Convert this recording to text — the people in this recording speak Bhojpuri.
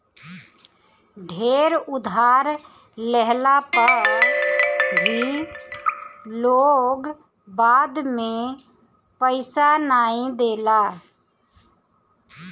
ढेर उधार लेहला पअ भी लोग बाद में पईसा नाइ देला